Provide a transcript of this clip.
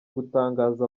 gutangaza